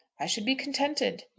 i should be contented.